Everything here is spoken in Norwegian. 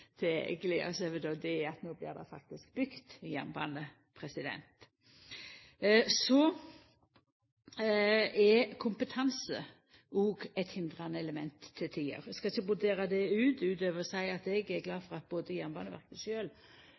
til å gleda oss over, og det er at no blir det faktisk bygd jernbane. Så er kompetanse òg eit hindrande element til tider. Eg skal ikkje brodera det ut utover å seia at eg er glad for både at Jernbaneverket